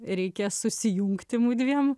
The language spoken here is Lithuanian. reikia susijungti mudviem